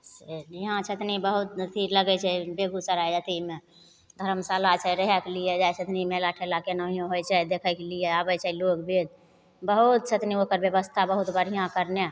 से यहाँ छथिन बहुत अथी लगय छै बेगूसराय अथीमे धरमशाला छै रहयके लिए जाय छथिन मेला ठेला केनाहियो होि छै देखयके लिए आबय छै लोक बेद बहुत छथिन ओकर व्यवस्था बहुत बढ़िआँ करने